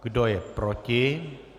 Kdo je proti?